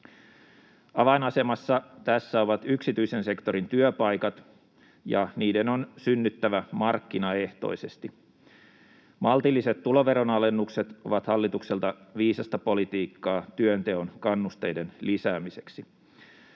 Avainasemassa tässä ovat yksityisen sektorin työpaikat, ja niiden on synnyttävä markkinaehtoisesti. Maltilliset tuloveron alennukset ovat hallitukselta viisasta politiikkaa työnteon kannusteiden lisäämiseksi.